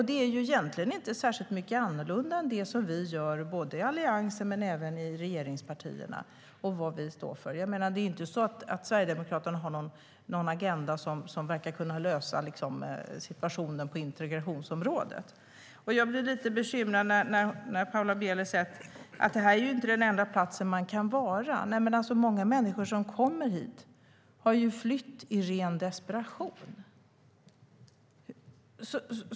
Det är egentligen inte särskilt mycket annorlunda än det som vi i Alliansen och regeringspartierna gör och står för. Det är inte så att Sverigedemokraterna har en agenda som verkar kunna lösa situationen på integrationsområdet. Jag blir lite bekymrad när Paula Bieler säger att det här inte är den enda plats man kan vara på. Nej, men många som kommer hit har flytt i ren desperation.